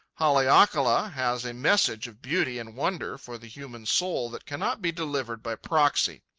haleakala has a message of beauty and wonder for the human soul that cannot be delivered by proxy.